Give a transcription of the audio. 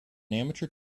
amateur